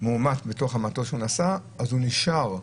מאומת במטוס שהוא נסע, הוא נשאר.